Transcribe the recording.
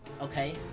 Okay